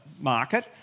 market